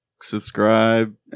subscribe